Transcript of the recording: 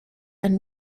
and